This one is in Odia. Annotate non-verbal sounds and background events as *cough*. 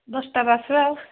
ଦଶଟା *unintelligible* ଆଉ